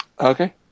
Okay